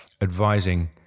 advising